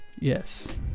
Yes